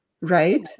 right